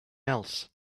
else